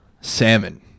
Salmon